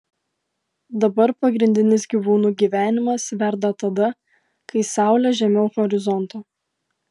dabar pagrindinis gyvūnų gyvenimas verda tada kai saulė žemiau horizonto